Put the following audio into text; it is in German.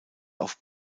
auf